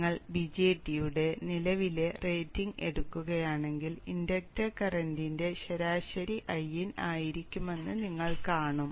നിങ്ങൾ BJT യുടെ നിലവിലെ റേറ്റിംഗ് എടുക്കുകയാണെങ്കിൽ ഇൻഡക്ടർ കറന്റിന്റെ ശരാശരി Iin ആയിരിക്കുമെന്ന് നിങ്ങൾ കാണും